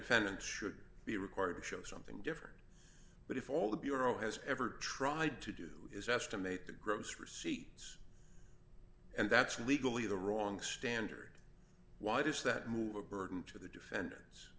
defendant should be required to show something different but if all the bureau has ever tried to do is estimate the gross receipts and that's legally the wrong standard why does that move a burden to the defen